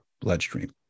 bloodstream